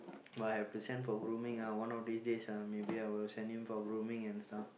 but I have to send for grooming ah one of these days ah maybe I will send him for grooming and stuff